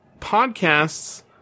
Podcasts